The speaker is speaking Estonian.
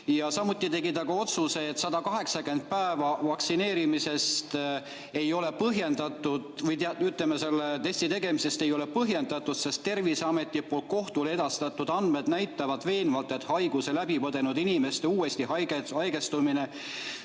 Samuti tegi ta ka otsuse, et 180 päeva vaktsineerimisest ei ole põhjendatud või, ütleme, selle testi tegemisest ei ole põhjendatud. "Terviseameti poolt kohtule edastatud andmed näitavad veenvalt, et haiguse läbi põdenud inimeste uuesti haigestumise,